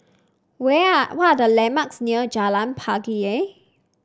where are the landmarks near Jalan Pelangi